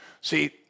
See